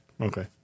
Okay